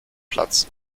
platz